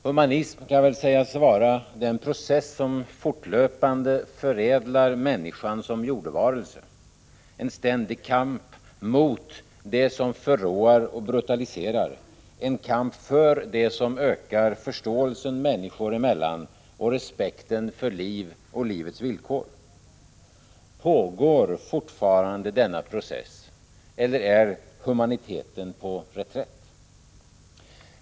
Humanism kan väl sägas vara den process som fortlöpande förädlar människan som jordevarelse, en ständig kamp mot det som förråar och brutaliserar, en kamp för det som ökar förståelsen människor emellan och respekten för liv och livets villkor. Pågår fortfarande denna process eller är humaniteten på reträtt?